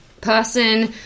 person